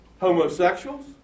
homosexuals